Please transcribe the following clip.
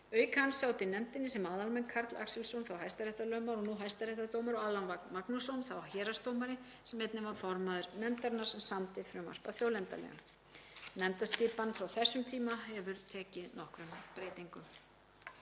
Auk hans sátu í nefndinni sem aðalmenn Karl Axelsson, þá hæstaréttarlögmaður og nú hæstaréttardómari, og Allan V. Magnússon, þá héraðsdómari, sem einnig var formaður nefndarinnar sem samdi frumvarp að þjóðlendulögum. Nefndaskipan frá þessum tíma hefur tekið nokkrum breytingum.